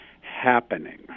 happening